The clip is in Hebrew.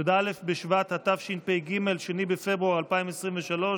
י"א בשבט התשפ"ג, 2 בפברואר 2023,